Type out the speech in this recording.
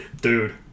dude